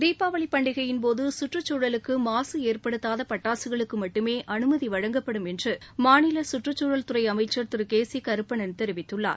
தீபாவளி பண்டிகையின்போது சுற்றுச்சூழலுக்கு மாசு ஏற்படுத்தாத பட்டாசுகளுக்கு மட்டுமே அனுமதி வழங்கப்படும் என்று மாநில கற்றுச்சூழல்துறை அமைச்சர் திரு கே சி கருப்பணன் தெரிவித்துள்ளார்